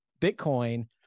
Bitcoin